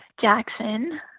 Jackson